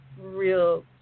real